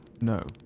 No